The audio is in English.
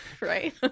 Right